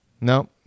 No